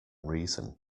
reason